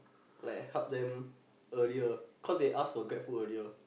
like help them earlier cause they ask for Grabfood earlier